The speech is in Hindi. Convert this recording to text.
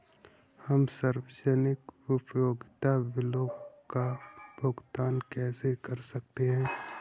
हम सार्वजनिक उपयोगिता बिलों का भुगतान कैसे कर सकते हैं?